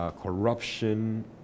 corruption